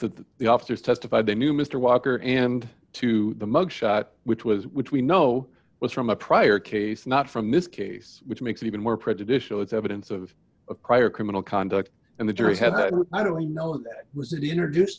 that the officers testified they knew mr walker and to the mug shot which was which we know was from a prior case not from this case which makes it even more prejudicial it's evidence of a prior criminal conduct and the jury had i don't know that was to be introduced